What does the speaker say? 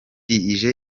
ije